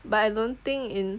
but I don't think in